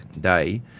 day